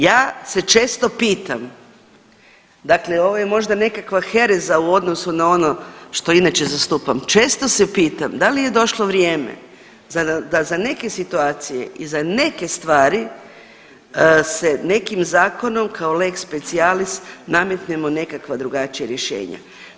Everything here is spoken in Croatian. Ja se često pitam, dakle ovo je možda nekakva hereza u odnosu na ono što inače zastupam, često se pitam da li je došlo vrijeme da za neke situacije i za neke stvari se nekim zakonom kao lex specialis nametnemo nekakva drugačija rješenja.